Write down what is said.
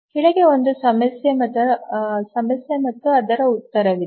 ಕೆಳಗೆ ಒಂದು ಸಮಸ್ಯೆ ಮತ್ತು ಅದರ ಉತ್ತರವಿದೆ